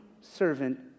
servant